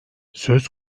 söz